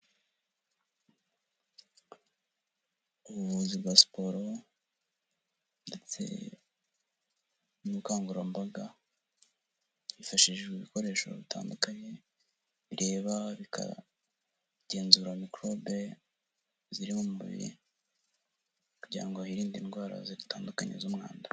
Ubuvuzi bwa siporo ndetse n'ubukangurambaga hifashishijwe ibikoresho bitandukanye bireba, bikagenzura mikorobe ziri mu mubiri kugirango ngo hirinde indwara zitandukanye z'umwanda.